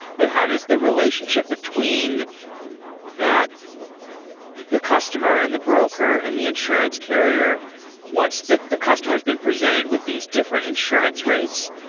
but how does the relationship between the the customer and the broker and the insurance carrier once the the customer has been presented with these different insurance rates?